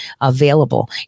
available